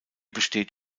besteht